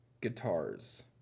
guitars